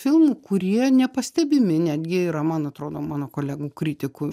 filmų kurie nepastebimi netgi yra man atrodo mano kolegų kritikų